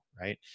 Right